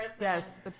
Yes